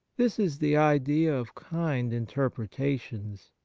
this is the idea of kind interpretations,